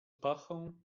pachą